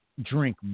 Drink